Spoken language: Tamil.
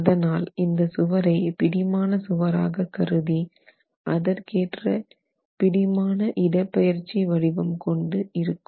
அதனால் இந்த சுவரை பிடிமான சுவராக கருதி அதற்கேற்ற பிடிமான இடப்பெயர்ச்சி வடிவம் கொண்டு இருக்கும்